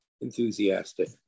enthusiastic